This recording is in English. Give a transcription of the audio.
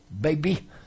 Baby